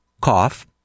cough